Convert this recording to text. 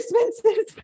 expenses